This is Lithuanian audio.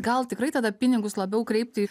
gal tikrai tada pinigus labiau kreipti